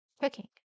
cooking